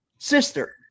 Sister